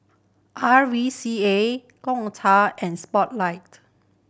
R V C A Gongcha and Spotlight